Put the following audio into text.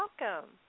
welcome